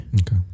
Okay